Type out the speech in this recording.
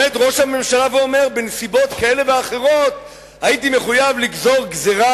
עומד ראש הממשלה ואומר: בנסיבות כאלה ואחרות הייתי מחויב לגזור גזירה